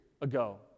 ago